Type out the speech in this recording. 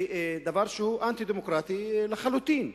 דבר שהוא אנטי-דמוקרטי לחלוטין.